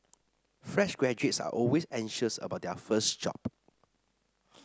fresh graduates are always anxious about their first job